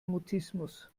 mutismus